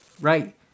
right